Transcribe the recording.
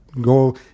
Go